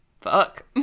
fuck